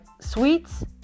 sweets